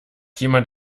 jemand